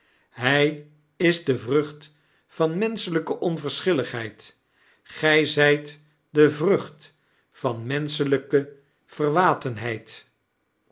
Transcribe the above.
hiji is de vrucht van menschelijke onverschilligheid gij zijt de vrucht van